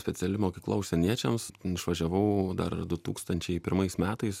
speciali mokykla užsieniečiams išvažiavau dar du tūkstančiai pirmais metais